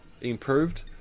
improved